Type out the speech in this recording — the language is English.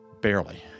Barely